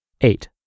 Eight